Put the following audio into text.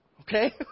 Okay